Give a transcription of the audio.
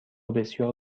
بسیار